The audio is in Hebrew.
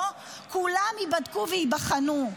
כולם ייבדקו וייבחנו.